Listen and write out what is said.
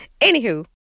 Anywho